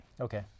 Okay